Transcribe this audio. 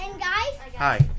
Hi